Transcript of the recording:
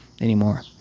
anymore